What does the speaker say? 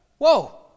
Whoa